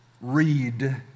Read